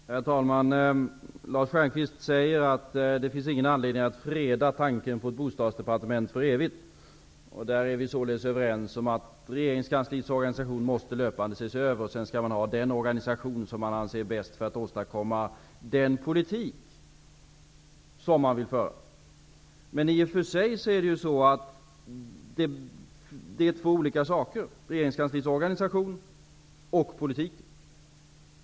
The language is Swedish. Herr talman! Lars Stjernkvist säger att det inte finns anledning att för evigt freda tanken på ett bostadsdepartement. Vi är således överens om att regeringskansliets organisation löpande måste ses över och att man skall ha den organisation som anses bäst för att man skall kunna åstadkomma den politik som man vill föra. Men regeringskansliets organisation och politiken är två olika saker.